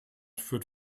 führt